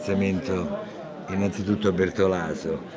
i mean two and to two to bertolaso,